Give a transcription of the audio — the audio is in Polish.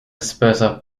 spełzał